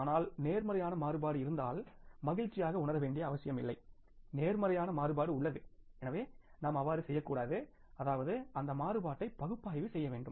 ஆனால் நேர்மறையான மாறுபாடு இருந்தால் மகிழ்ச்சியாக உணர வேண்டிய அவசியமில்லை நேர்மறையான மாறுபாடு உள்ளது எனவே நாம் அவ்வாறு செய்யக்கூடாது அதாவது அந்த மாறுபாட்டை பகுப்பாய்வு செய்யவேண்டும்